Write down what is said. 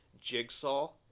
Jigsaw